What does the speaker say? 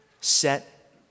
set